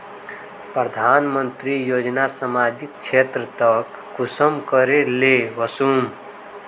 प्रधानमंत्री योजना सामाजिक क्षेत्र तक कुंसम करे ले वसुम?